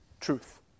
truth